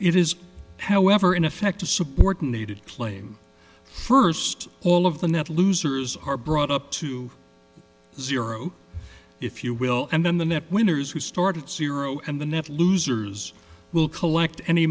it is however in effect to support unneeded claim first all of the net losers are brought up to zero if you will and then the net winners who started zero and the net losers will collect any